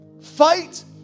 Fight